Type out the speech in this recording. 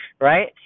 right